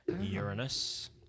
Uranus